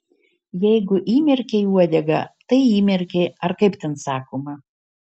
jeigu įmerkei uodegą tai įmerkei ar kaip ten sakoma